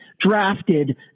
drafted